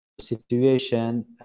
situation